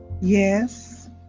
Yes